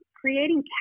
creating